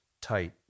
tight